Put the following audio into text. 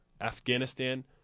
Afghanistan